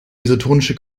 isotonische